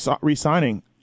re-signing